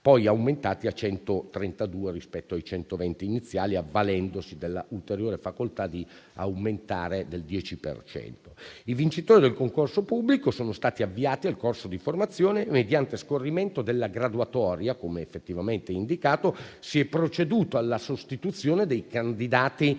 poi aumentati a 132 rispetto ai 120 iniziali, avvalendosi dell'ulteriore facoltà di aumentare del 10 per cento. I vincitori del concorso pubblico sono stati avviati al corso di formazione; mediante scorrimento della graduatoria, come effettivamente indicato, si è proceduto alla sostituzione dei candidati